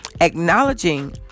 Acknowledging